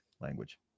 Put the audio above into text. language